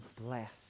bless